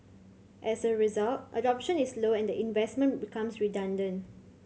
as a result adoption is low and the investment becomes redundant